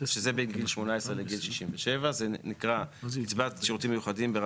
שזה בין גיל 18 לגיל 67. זה נקרא קצבת שירותים מיוחדים.